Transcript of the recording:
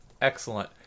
Excellent